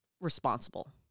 responsible